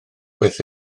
byth